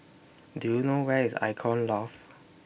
Do YOU know Where IS Icon Loft